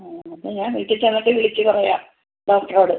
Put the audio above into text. ആ അപ്പോൾ ഞാൻ വീട്ടിൽ ചെന്നിട്ട് വിളിച്ച് പറയാം ഡോക്ടറോട്